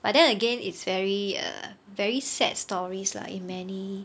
but then again it's very err very sad stories lah in many